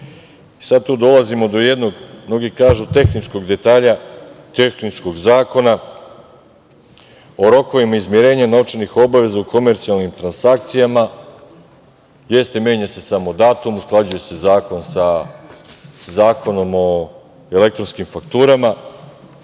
tu dolazimo do jednog, mnogi kažu tehničkog detalja, tehničkog Zakona o rokovima izmirenja novčanih obaveza u komercijalnim transakcijama. Jeste, menja se samo datum, usklađuje se zakon sa Zakonom o elektronskim fakturama,